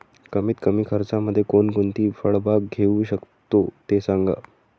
कमीत कमी खर्चामध्ये कोणकोणती फळबाग घेऊ शकतो ते सांगा